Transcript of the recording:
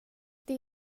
det